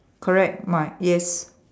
correct my yes